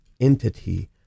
entity